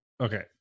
Okay